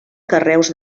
carreus